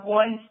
one